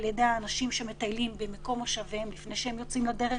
ידי האנשים שמטיילים במקום מושבם לפני שהם יוצאים לדרך.